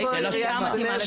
האם העירייה מתאימה?